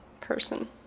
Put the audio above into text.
person